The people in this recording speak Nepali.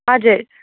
हजुर